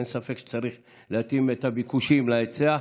אין ספק שצריך להתאים את הביקושים להיצע,